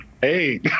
Hey